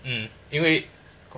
嗯因为